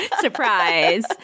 Surprise